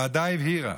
הוועדה הבהירה